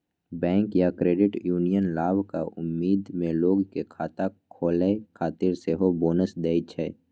bank या credit union लाभक उम्मीद मे लोग कें खाता खोलै खातिर सेहो बोनस दै छै